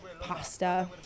pasta